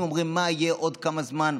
אנשים אומרים: מה יהיה עוד כמה זמן?